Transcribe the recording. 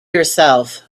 yourself